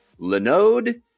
Linode